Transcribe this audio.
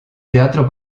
teatro